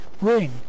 ring